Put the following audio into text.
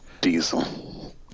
diesel